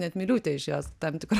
net miliūtė iš jos tam tikro